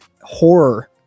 horror